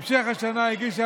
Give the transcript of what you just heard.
בממשלה יש,